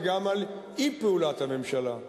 וגם על אי-פעולת הממשלה,